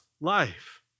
life